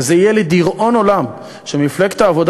וזה יהיה לדיראון עולם שמפלגת העבודה